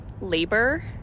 labor